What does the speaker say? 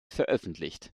veröffentlicht